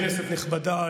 כנסת נכבדה,